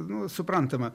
nu suprantama